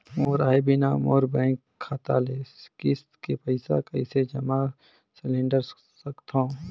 मोर आय बिना मोर बैंक खाता ले किस्त के पईसा कइसे जमा सिलेंडर सकथव?